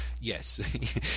yes